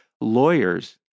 Lawyers